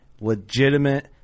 legitimate